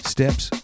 Steps